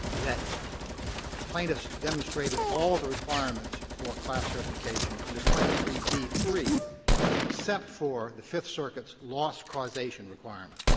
that the plaintiffs demonstrated all of the requirements for class certification under twenty three b three except for the fifth circuit's loss causation requirement.